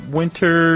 winter